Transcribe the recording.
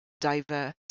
diverse